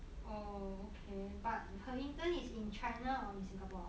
oh okay but her internship is in china or in singapore